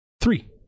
Three